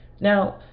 Now